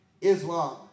Islam